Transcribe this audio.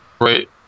right